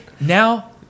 now